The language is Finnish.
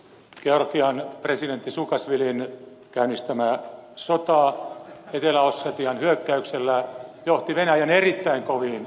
georgian presidentin saakasvilin etelä ossetiaan hyökkäyksellä käynnistämä sotaa johti venäjän erittäin koviin vastatoimiin